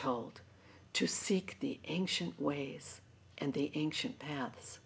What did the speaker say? told to seek the ancient ways and the ancient paths